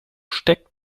steckt